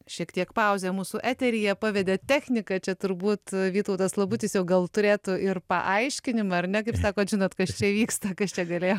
šiek tiek pauzė mūsų eteryje pavedė technika čia turbūt vytautas labutis jau gal turėtų ir paaiškinimą ar ne kaip sakot žinot kas čia vyksta kas čia galėjo